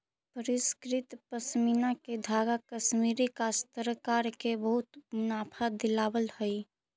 परिष्कृत पशमीना के धागा कश्मीरी काश्तकार के बहुत मुनाफा दिलावऽ हई